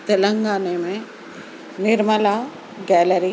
تلنگانہ میں نرملا گیلری